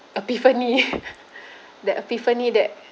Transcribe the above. epiphany that epiphany that